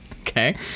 Okay